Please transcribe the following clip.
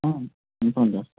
inform చేస్తాం